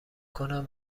کنم